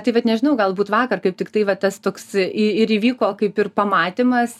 tai vat nežinau galbūt vakar kaip tiktai va tas toks ir įvyko kaip ir pamatymas